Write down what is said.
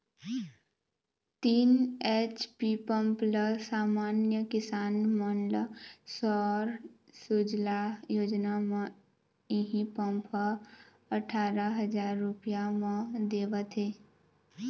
तीन HP pump ल समान्य किसान मन ल सौर सूजला योजना म इहीं पंप ह अठारा हजार रूपिया म देवत हे